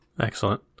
Excellent